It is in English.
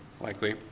likely